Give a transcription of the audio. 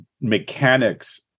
mechanics